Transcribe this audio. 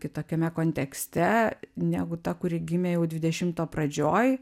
kitokiame kontekste negu ta kuri gimė jau dvidešimto pradžioj